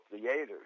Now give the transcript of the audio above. theaters